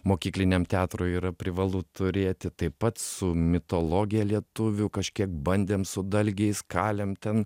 mokykliniam teatrui yra privalu turėti tai pats su mitologe lietuvių kažkiek bandėm su dalgiais kalėm ten